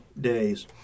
days